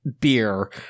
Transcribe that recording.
beer